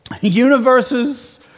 Universes